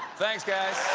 thanks, guys.